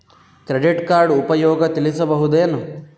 Credit card ಉಪಯೋಗ ತಿಳಸಬಹುದೇನು?